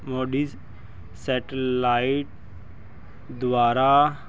MODIS satellite ਦੁਆਰਾ